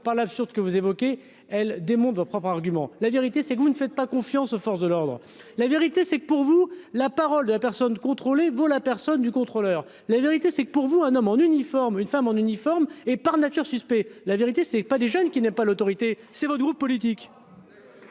par l'absurde que vous évoquez, elles démontrent vos propres arguments, la vérité c'est que vous ne faites pas confiance aux forces de l'ordre, la vérité c'est que pour vous, la parole de la personne contrôlée vaut la personne du contrôleur, la vérité c'est que pour vous, un homme en uniforme, une femme en uniforme et par nature suspect la vérité, c'est pas des jeunes qui n'est pas l'autorité, c'est votre groupe politique.